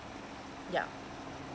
yeah